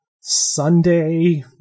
Sunday